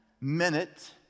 minute